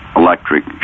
electric